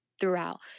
throughout